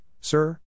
sir